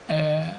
אלינו.